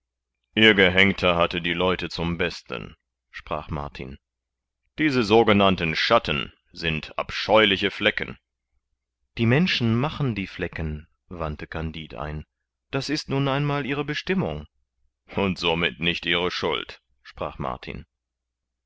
ihr gehängter hatte die leute zum besten sprach martin diese sogenannten schatten sind abscheuliche flecken die menschen machen die flecken wandte kandid ein das ist nun einmal ihre bestimmung und somit nicht ihre schuld sprach martin